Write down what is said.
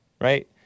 right